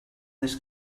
this